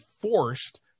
forced